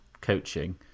coaching